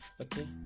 okay